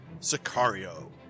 Sicario